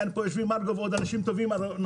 יושב פה גם חבר הכנסת מרגי ואנשים טובים נוספים.